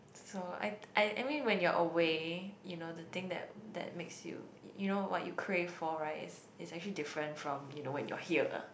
so I I I mean when you're away you know the thing that that makes you you know what you crave for right is is actually different from you know when you're here